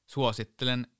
Suosittelen